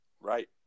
Right